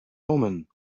omen